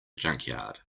junkyard